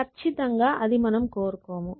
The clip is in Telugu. ఖచ్చితంగా అది మనం కోరుకోము